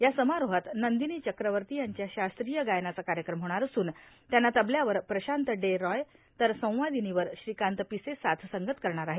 या समारोहात नंदिनी चक्रवर्ती यांच्या शास्त्रीय गायनाचा कार्यक्रम होणार असून त्यांना तबल्यावर प्रशांत डे रॉय तर संवादिनीवर श्रीकांत पिसे साथसंगत करणार आहेत